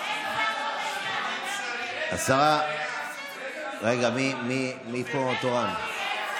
השרה, רגע, מי פה תורן?